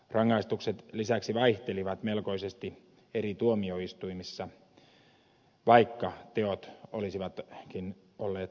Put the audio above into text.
rangaistukset lisäksi vaihtelivat melkoisesti eri tuomioistuimissa vaikka teot olisivatkin olleet saman tyyppisiä